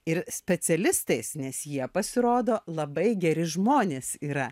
ir specialistais nes jie pasirodo labai geri žmonės yra